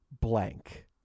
blank